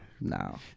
No